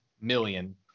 million